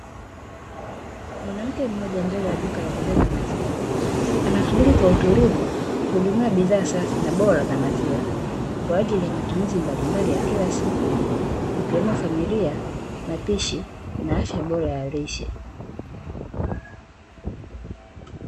Mwanamke mmoja mbele ya duka la bidhaa za maziwa, anasubiri kwa utulivu kuhudumiwa bidhaa safi na bora za maziwa, kwa ajili ya matumizi mbalimbali ya kila siku ikiwemo: Familia, mapishi, na afya bora ya lishe.